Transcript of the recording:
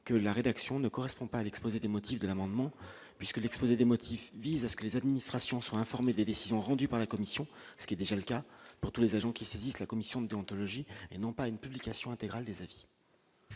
que la rédaction ne correspond pas à l'exposé des motifs de l'amendement, puisque l'exposé des motifs, vise à ce que les administrations soient informés des décisions rendues par la Commission, ce qui est déjà le cas pour tous les agents qui saisissent la commission d'déontologie et non pas une publication intégrale des avis.